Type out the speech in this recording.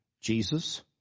Jesus